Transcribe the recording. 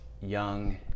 young